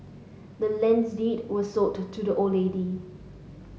the land's deed was sold to the old lady